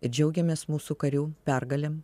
džiaugiamės mūsų karių pergalėm